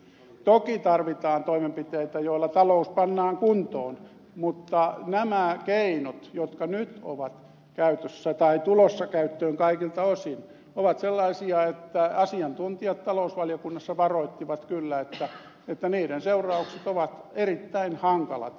toki tarvitaan toimenpiteitä joilla talous pannaan kuntoon mutta nämä keinot jotka nyt ovat käytössä tai tulossa käyttöön kaikilta osin ovat sellaisia että asiantuntijat talousvaliokunnassa varoittivat kyllä että niiden seuraukset ovat erittäin hankalat